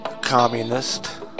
communist